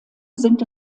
sind